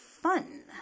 fun